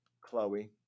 Chloe